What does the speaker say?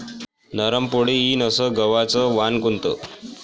नरम पोळी येईन अस गवाचं वान कोनचं?